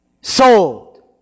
sold